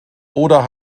oder